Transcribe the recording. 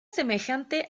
semejante